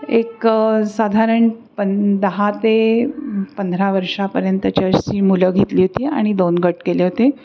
एक साधारण पण दहा ते पंधरा वर्षापर्यंत जशी मुलं घेतली होती आणि दोन गट केले होते